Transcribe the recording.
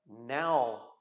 now